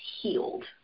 healed